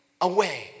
away